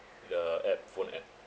the app phone app